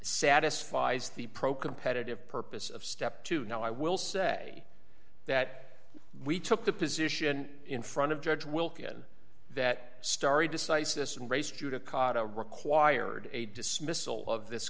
satisfies the pro competitive purpose of step two now i will say that we took the position in front of judge wilkin that stari decisis and race judicata required a dismissal of this